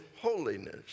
holiness